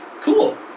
Cool